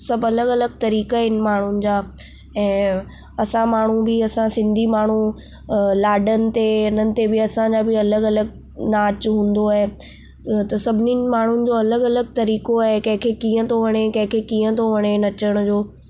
सभु अलॻि अलॻि तरीक़ा आहिनि माण्हुनि जा ऐं असां सभु असां सिंधी माण्हू अ लाॾनि ते हिननि ते बि असांजा बि अलॻि अलॻि नाचु हूंदो आहे त सभिनिनि माण्हू जो अलॻि अलॻि तरीक़ा आहे कंहिंखे कीअं थो वणे कंहिंखे कीअं थो वणे नचण जो